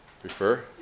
prefer